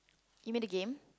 you mean the game